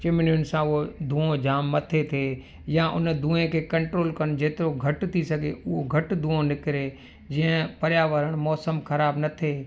चिमनियुनि सां उहो धूओं जाम मथे ते या उन धूएं खे कंट्रोल कनि जेतिरो घटि थी सघे उहो घटि धूंओ निकिरे जीअं पर्यावरण मौसम ख़राब न थिए